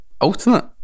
Ultimate